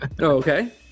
Okay